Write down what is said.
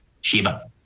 Sheba